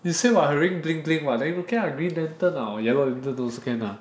you say what her ring bling bling [what] then okay lah green lantern lah or yellow lantern also can ah